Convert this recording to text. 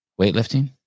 weightlifting